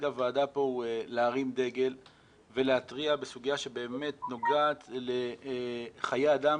הוועדה פה הוא להרים דגל ולהתריע בסוגיה שבאמת נוגעת לחיי אדם,